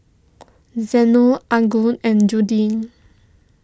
Zeno Angus and Judith